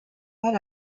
but